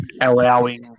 allowing